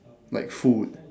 like food